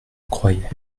croyais